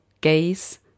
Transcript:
gaze